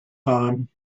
time